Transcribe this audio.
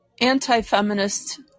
anti-feminist